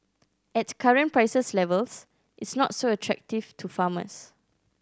at current prices levels it's not so attractive to farmers